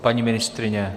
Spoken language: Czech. Paní ministryně?